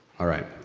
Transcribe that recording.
alright,